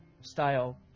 style